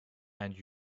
and